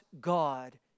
God